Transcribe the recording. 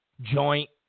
joint